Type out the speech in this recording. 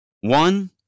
one